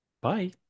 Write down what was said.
Bye